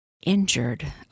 injured